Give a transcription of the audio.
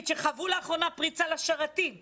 שחוותה לאחרונה פריצה לשרתים שלה?